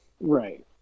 right